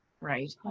right